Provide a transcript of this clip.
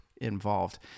involved